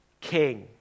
king